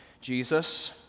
Jesus